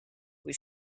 cui